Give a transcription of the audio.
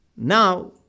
Now